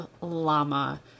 llama